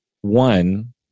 one